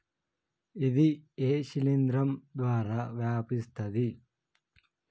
ఇది ఏ శిలింద్రం ద్వారా వ్యాపిస్తది?